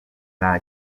nta